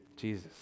Jesus